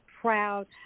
proud